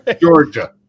Georgia